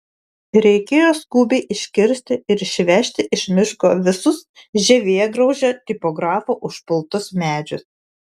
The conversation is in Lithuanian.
reikėjo skubiai iškirsti ir išvežti iš miško visus žievėgraužio tipografo užpultus medžius